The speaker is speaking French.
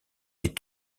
des